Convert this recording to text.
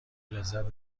لذت